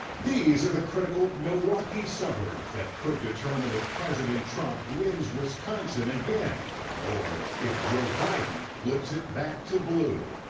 these are the critical milwaukee suburbs that could determine if president trump wins wisconsin again or if joe biden flips it back to blue.